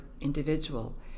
individual